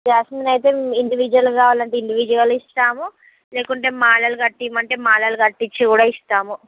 jasmine అయితే individual కావాలంటే individual ఇస్తాము లేకుంటే మాలలు కట్టి ఇవ్వమంటే మాలలు కట్టించి కూడా ఇస్తాము